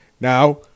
now